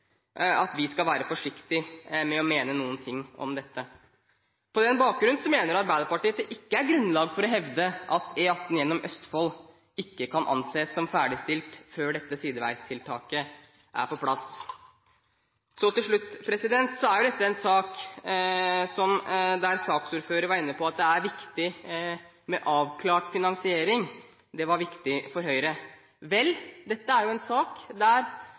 fra Stortinget skal være forsiktige med å mene noe om dette. På denne bakgrunn mener Arbeiderpartiet at det ikke er grunnlag for å hevde at E18 gjennom Østfold ikke kan anses som ferdigstilt før dette sideveistiltaket er på plass. Til slutt: Som saksordføreren var inne på, er dette en sak det er viktig for Høyre med avklart finansiering. Vel, dette er jo en sak der